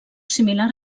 similar